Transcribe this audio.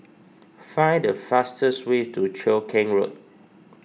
find the fastest way to Cheow Keng Road